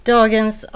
Dagens